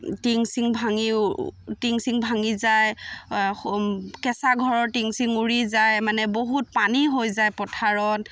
টিং চিং ভাঙিয়ো টিং চিং ভাঙি যায় কেঁচা ঘৰৰ টিং চিং উৰি যায় মানে বহুত পানী হৈ যায় পথাৰত